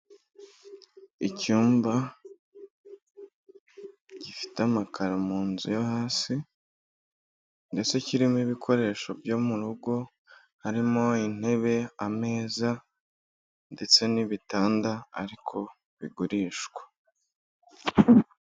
Icyumba gifite amakaro mu nzu yo hasi ndetse kirimo ibikoresho byo mu rugo, harimo intebe, ameza ndetse n'ibitanda ariko bigurishwa.